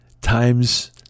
times